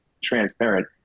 transparent